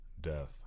death